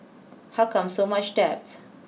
how come so much debt